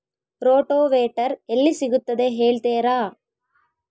Rotavator ಎಲ್ಲಿ ಸಿಗುತ್ತದೆ ಹೇಳ್ತೇರಾ?